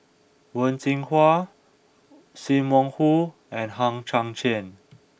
Wen Jinhua Sim Wong Hoo and Hang Chang Chieh